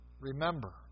Remember